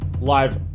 live